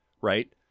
right